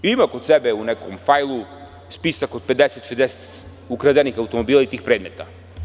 Jer, on ima kod sebe u nekom fajlu spisak od 50, 60 ukradenih automobila i tih predmeta.